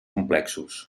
complexos